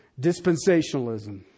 dispensationalism